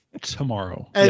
tomorrow